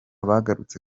bagarutse